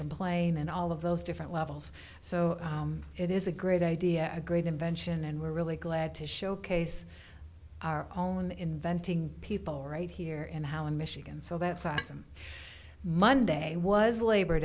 complain and all of those different levels so it is a great idea a great invention and we're really glad to showcase our own inventing people right here in holland michigan so that side of them monday was labor